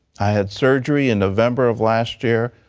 i had surgery in november of last year.